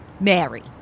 Mary